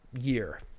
year